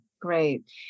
great